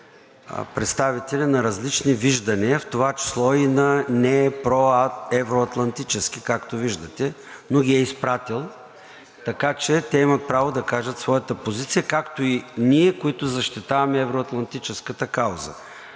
представители на различни виждания, в това число и на не-, про-, евро-атлантически, както виждате, но ги е изпратил. Така че те имат право да кажат своята позиция, както и ние, които защитаваме евро-атлантическата кауза.